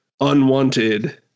unwanted